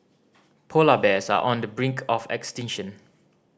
polar bears are on the brink of extinction